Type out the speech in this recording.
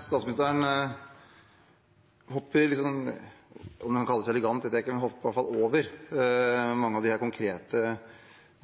Statsministeren hopper – om det kan kalles elegant, vet jeg ikke, men hun hopper i hvert fall over mange av de konkrete